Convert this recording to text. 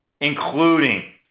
including